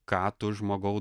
ką tu žmogau